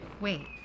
Wait